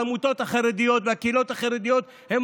העמותות החרדיות והקהילות החרדיות הן